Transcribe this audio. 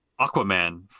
Aquaman